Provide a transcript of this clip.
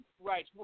right